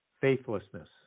Faithlessness